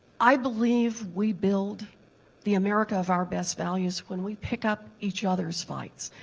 i believe we build the america of our best values when we pick up each other's fights.